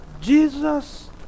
Jesus